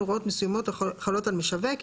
התוספת החמישית יבוא: